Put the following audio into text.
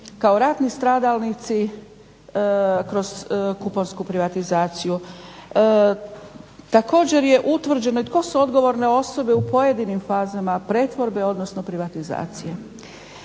kao ratni stradalnici kroz kuponsku privatizaciju. Također je utvrđeno i tko su odgovorne osobe u pojedinim fazama pretvorbe odnosno privatizacije.